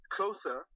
closer